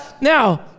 Now